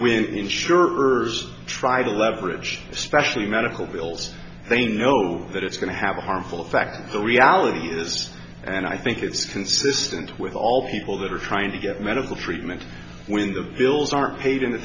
when insurers try to leverage especially medical bills they know that it's going to have a harmful fact the reality is and i think it's consistent with all people that are trying to get medical treatment when the bills aren't paid in